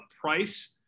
price